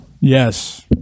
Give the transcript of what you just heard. Yes